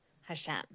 Hashem